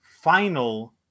final